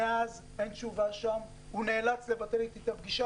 מאז אין שם תשובה, הוא נאלץ לבטל איתי את הפגישה.